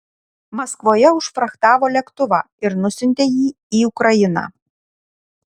maskvoje užfrachtavo lėktuvą ir nusiuntė jį į ukrainą